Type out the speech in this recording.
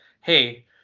hey